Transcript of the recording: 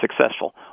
successful